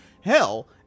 hell